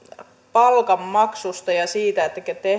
palkanmaksusta ja siitä